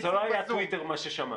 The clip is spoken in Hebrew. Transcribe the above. זה לא היה טוויטר מה ששמענו.